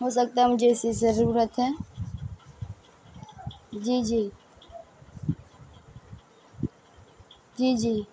ہو سکتا ہے مجھے اسی سے ضرورت ہے جی جی جی جی